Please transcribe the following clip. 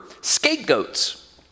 scapegoats